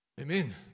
Amen